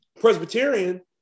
Presbyterian